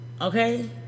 okay